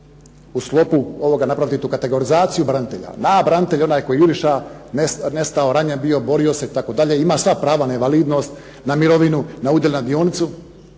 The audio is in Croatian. u sklopu ovoga napravit jednu kategorizaciju branitelja: a) branitelj onaj koji je jurišao, nestao, ranjen bio, borio se itd., ima sva prava na invalidnost, na mirovinu, na udjel, na dionicu